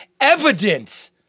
evidence